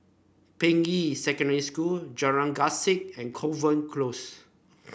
Ping Yi Secondary School Jalan Grisek and Kovan Close